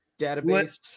database